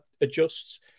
adjusts